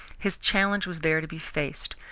his challenge was there to be faced.